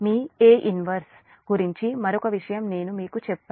మీ A 1 గురించి మరొక విషయం నేను మీకు చెప్పాను